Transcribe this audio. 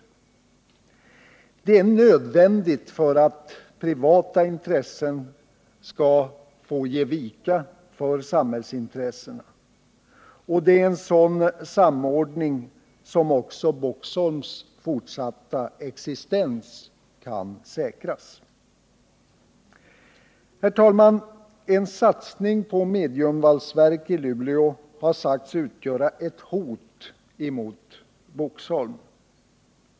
Det är nödvändigt att privatintressena får ge vika för samhällsintressena. Genom samordning kan också Boxholms fortsatta existens säkras. Herr talman! En satsning på mediumvalsverk i Luleå har sagts utgöra ett hot mot Boxholm.